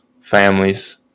families